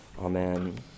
Amen